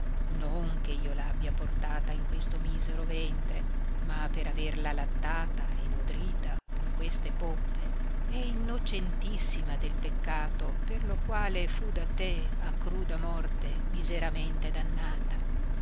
non che io abbia portata in questo misero ventre ma per averla lattata e nodrita con queste poppe è innocentissima del peccato per lo quale fu da te a cruda morte miseramente dannata